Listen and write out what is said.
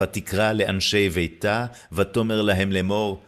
ותקרא לאנשי ביתה, ותומר להם לאמור.